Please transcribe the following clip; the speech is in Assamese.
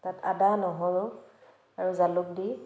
তাত আদা নহৰু আৰু জালুক দি